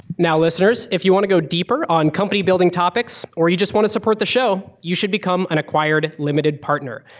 now listeners, if you want to go deeper on company-building topics or you just want to support the show, you should become an acquired limited partner.